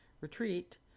retreat